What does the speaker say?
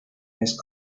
eyes